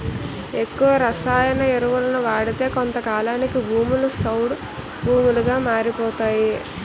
ఎక్కువ రసాయన ఎరువులను వాడితే కొంతకాలానికి భూములు సౌడు భూములుగా మారిపోతాయట